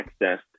accessed